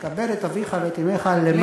ותשומת לב גם בלי סיעודיות לאבא המבוגר.